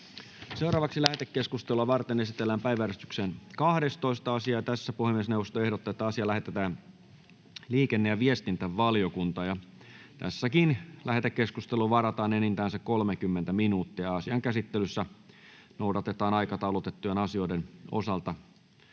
Content: Lähetekeskustelua varten esitellään päiväjärjestyksen 12. asia. Puhemiesneuvosto ehdottaa, että asia lähetetään liikenne- ja viestintävaliokuntaan. Tässäkin lähetekeskusteluun varataan enintään se 30 minuuttia, ja asian käsittelyssä noudatetaan aikataulutettujen asioiden osalta